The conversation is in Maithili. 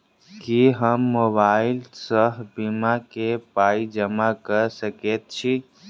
की हम मोबाइल सअ बीमा केँ पाई जमा कऽ सकैत छी?